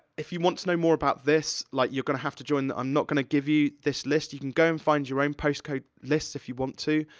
if you want to know more about this, like, you're gonna have to join the, i'm not gonna give you this list. you can go and find your own post code lists, if you want to.